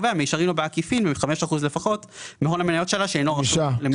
במישרין או בעקיפין ב-5 אחוזים לפחות מהון המניות שלה שאינו רשום למסחר.